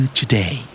today